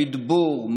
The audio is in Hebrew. מדבור,